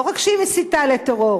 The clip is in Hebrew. לא רק שהיא מסיתה לטרור,